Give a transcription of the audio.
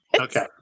Okay